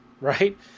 right